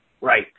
Right